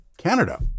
Canada